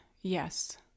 Yes